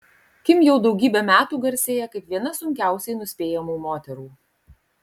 kim jau daugybę metų garsėja kaip viena sunkiausiai nuspėjamų moterų